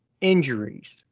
injuries